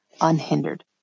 unhindered